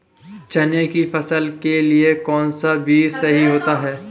चने की फसल के लिए कौनसा बीज सही होता है?